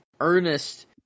Ernest